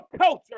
culture